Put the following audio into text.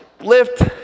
lift